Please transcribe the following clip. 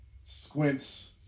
squints